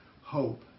hope